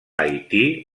haití